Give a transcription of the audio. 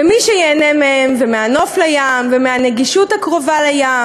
ומי שייהנה מהם ומהנוף לים ומהנגישות הקרובה לים